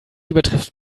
übertrifft